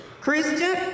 Christian